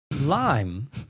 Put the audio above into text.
lime